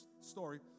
story